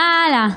מה הלאה?